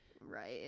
Right